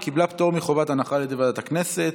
היא קיבלה פטור מחובת הנחה על ידי ועדת הכנסת.